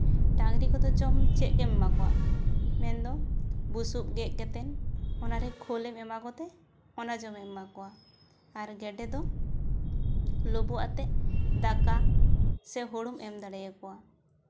ᱰᱟᱝᱨᱤ ᱠᱚᱫᱚ ᱡᱚᱢ ᱪᱮᱫ ᱮᱢ ᱮᱢᱟ ᱠᱚᱣᱟ ᱢᱮᱱᱫᱚ ᱵᱩᱥᱩᱵ ᱜᱮᱫ ᱠᱟᱛᱮᱫ ᱚᱱᱟᱨᱮ ᱠᱷᱳᱞ ᱮᱢ ᱮᱢᱟ ᱠᱚᱛᱮ ᱚᱱᱟ ᱡᱚᱢᱮᱢ ᱮᱢᱟ ᱠᱚᱣᱟ ᱟᱨ ᱜᱮᱰᱮ ᱫᱚ ᱞᱩᱵᱩᱜ ᱟᱛᱮᱫ ᱫᱟᱠᱟ ᱥᱮ ᱦᱩᱲᱩᱢ ᱮᱢ ᱫᱟᱲᱮ ᱟᱠᱚᱣᱟ